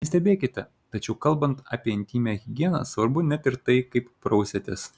nesistebėkite tačiau kalbant apie intymią higieną svarbu net ir tai kaip prausiatės